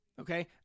Okay